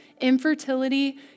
infertility